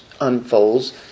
unfolds